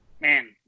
Man